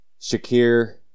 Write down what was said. Shakir